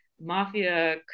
mafia